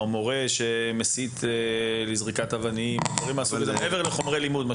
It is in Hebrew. מורה שמסית לזריקת אבנים, מעבר לחומרי הלימוד.